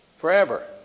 forever